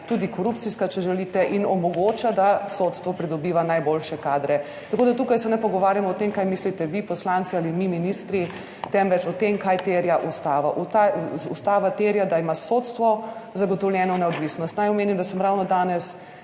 tudi korupcijska, če želite, in omogoča, da sodstvo pridobiva najboljše kadre. Tukaj se ne pogovarjamo o tem, kaj mislite vi poslanci ali mi ministri, temveč o tem, kaj terja Ustava. Ustava terja, da ima sodstvo zagotovljeno neodvisnost. Naj omenim, da sem ravno danes